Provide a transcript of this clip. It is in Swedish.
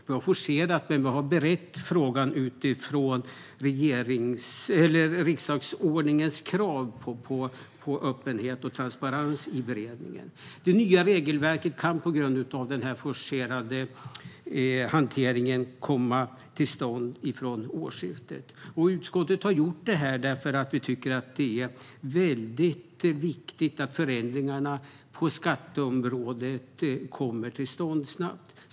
Vi har forcerat hanteringen, men vi har berett frågan utifrån riksdagsordningens krav på öppenhet och transparens i beredningen. Det nya regelverket kan på grund av den forcerade hanteringen träda i kraft vid årsskiftet. Utskottet har gjort detta för att vi tycker att det är viktigt att förändringarna på skatteområdet kommer till stånd snabbt.